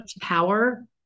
power